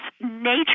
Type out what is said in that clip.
nature